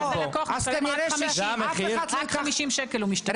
לא, לא, אז כנראה --- רק חמישים שקל הוא משתתף.